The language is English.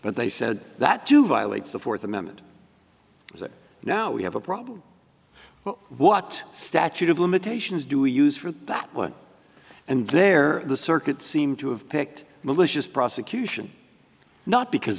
but they said that do violates the fourth amendment is that now we have a problem well what statute of limitations do we use for that and they're the circuit seemed to have picked malicious prosecution not because